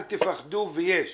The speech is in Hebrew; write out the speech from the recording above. ויש כאלה.